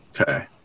Okay